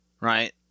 right